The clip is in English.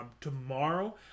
tomorrow